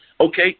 okay